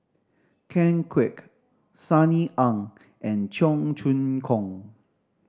Ken Kwek Sunny Ang and Cheong Choong Kong